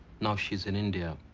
now she's in india,